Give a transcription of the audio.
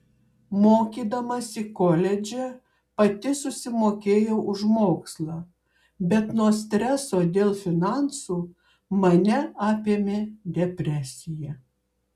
mokydamasi koledže pati susimokėjau už mokslą bet nuo streso dėl finansų mane apėmė depresija